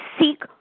seek